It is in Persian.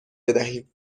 بدهیم